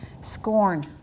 Scorn